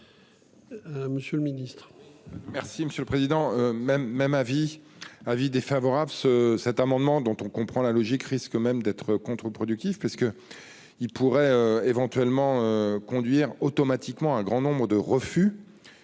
Monsieur le ministre,